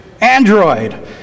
Android